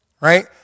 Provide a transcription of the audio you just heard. Right